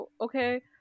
okay